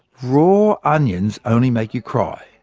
raw onions only make you cry,